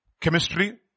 Chemistry